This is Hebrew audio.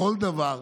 בכל דבר.